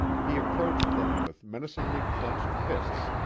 he approached them with menacingly clenched fists,